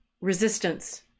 Resistance